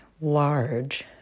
large